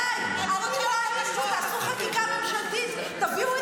את צריכה מקור תקציב.